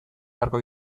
beharko